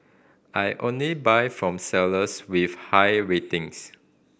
I only buy from sellers with high ratings